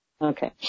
Okay